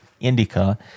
indica